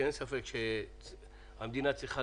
שאין ספק שהמדינה צריכה